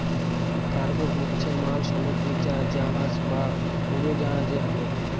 cargo হচ্ছে মাল সামগ্রী যা জাহাজ বা উড়োজাহাজে আনে